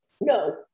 no